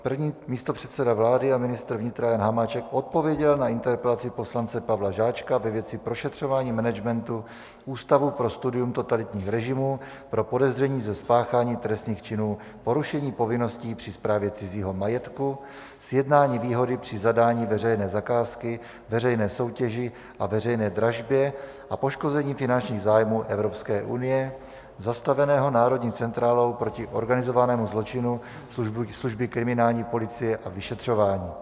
První místopředseda vlády a ministr vnitra Jan Hamáček odpověděl na interpelaci poslance Pavla Žáčka ve věci prošetřování managementu Ústavu pro studium totalitních režimů pro podezření ze spáchání trestných činů porušení povinností při správě cizího majetku, sjednání výhody při zadání veřejné zakázky, veřejné soutěži a veřejné dražbě a poškození finančních zájmů Evropské unie zastaveného Národní centrálou proti organizovanému zločinu služby kriminální policie a vyšetřování.